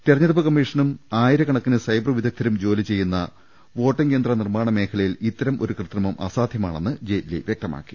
തെരഞ്ഞെടുപ്പ് കമ്മീഷനും ആയിരക്കണക്കിന് സൈബർ വിദഗ്ധരും ജോലി ചെയ്യുന്ന വോട്ടിംഗ് യന്ത്ര നിർമ്മാണ മേഖലയിൽ ഇത്തരം ഒരു കൃത്രിമം അസാധ്യമാ ണെന്ന് ജെയ്റ്റ്ലി വ്യക്തമാക്കി